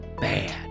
Bad